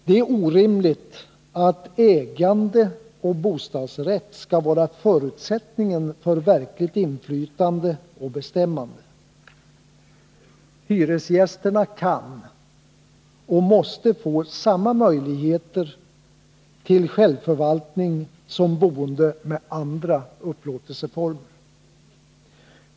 Det är orimligt att ägande och bostadsrätt skall vara förutsättningen för verkligt inflytande och bestämmande. Hyresgäster kan och måste få samma möjligheter till självförvaltning som boende med andra upplåtelseformer.